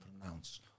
pronounce